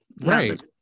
right